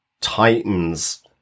titans